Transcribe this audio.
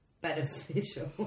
beneficial